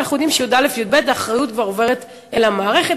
ואנחנו יודעים שבי"א י"ב האחריות כבר עוברת אל המערכת,